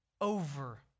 Over